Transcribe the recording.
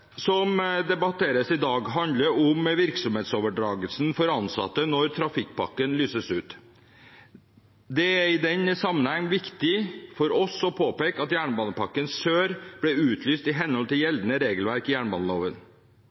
som debatteres i dag, handler om virksomhetsoverdragelsen for ansatte når trafikkpakken lyses ut. Det er i den sammenheng viktig for oss å påpeke at Jernbanepakke Sør ble utlyst i henhold til gjeldende regelverk i jernbaneloven.